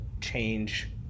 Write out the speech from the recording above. change